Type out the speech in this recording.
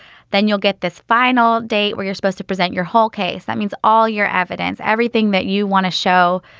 then you'll get this final date where you're supposed to present your whole case. that means all your evidence, everything that you want to show,